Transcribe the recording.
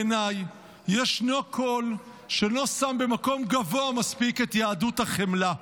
בעיניי ישנו קול שלא שם במקום גבוה מספיק את יהדות החמלה.